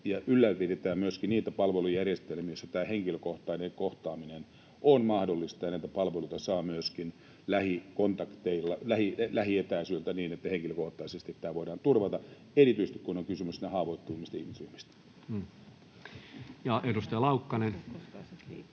ylläpidettäisiin myöskin niitä palvelujärjestelmiä, joissa tämä henkilökohtainen kohtaaminen on mahdollista ja näitä palveluita saa myöskin lähietäisyydeltä niin, että henkilökohtaisesti tämä voidaan turvata erityisesti, kun on kysymys niistä haavoittuvimmista ihmisryhmistä. [Speech